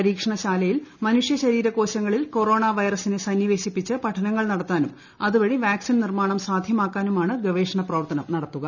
പരീക്ഷണശാലയിൽ മനുഷ്യ ശരീര കോശങ്ങളിൽ കൊറോണ വൈറസിനെ സന്നിവേശിപ്പിച്ച് പഠനങ്ങൾ നടത്താനും അതുവഴി വാക്സിൻ നിർമ്മാണം സാധ്യമാക്കാനുമാണ് ഗവേഷണ പ്രവർത്തനം നടത്തുക